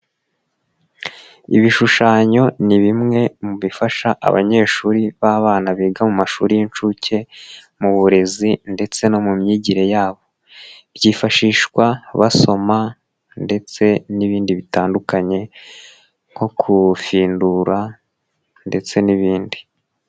Ibishushanyo ni bimwe mu bifasha abanyeshuri b'abana biga mu mashuri y'inshuke mu burezi ndetse no mu myigire yabo, byifashishwa basoma ndetse n'ibindi bitandukanye nko kufindura ndetse n'ibindi.